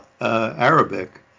Arabic